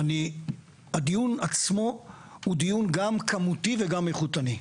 הדיון עצמו הוא דיון גם כמותי וגם איכותני.